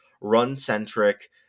Run-centric